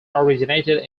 originated